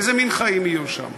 איזה מין חיים יהיו שם?